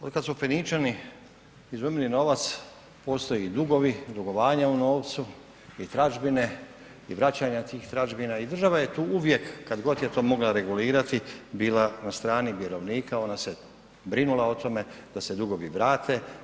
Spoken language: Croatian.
Od kad su Feničani izumili novac, postoje i dugovi, dugovanja u novcu i tražbine i vraćanje tih tražbina i država je tu uvijek kad god je to mogla regulirati bila na strani vjerovnika, ona se brinula o tome da se drugovi vrate.